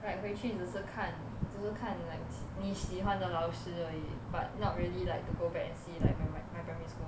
like 回去只是看只是看你喜欢的老师而已 but not really like to go back and see like my my my primary school